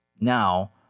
Now